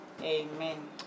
Amen